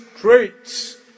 traits